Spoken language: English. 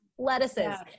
Lettuces